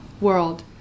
world